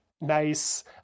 Nice